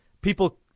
people